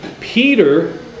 Peter